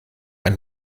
ein